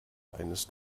eines